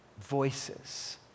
voices